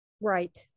Right